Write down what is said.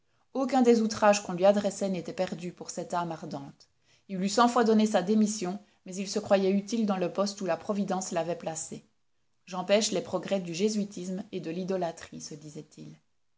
aucun des outrages qu'on lui adressait n'était perdu pour cette âme ardente il eût cent fois donné sa démission mais il se croyait utile dans le poste où la providence l'avait placé j'empêche les progrès du jésuitisme et de l'idolâtrie se disait-il